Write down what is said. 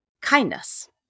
kindness